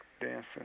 dancing